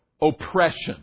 oppression